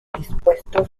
dispuestos